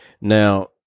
Now